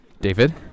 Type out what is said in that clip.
David